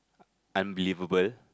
unbelievable